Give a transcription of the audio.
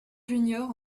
junior